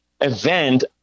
event